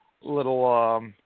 little, –